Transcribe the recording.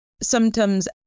symptoms